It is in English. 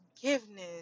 forgiveness